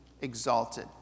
exalted